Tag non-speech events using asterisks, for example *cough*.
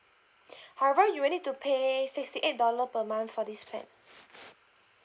*breath* however you will need to pay sixty eight dollar per month for this plan